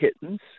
kittens